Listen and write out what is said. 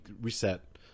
reset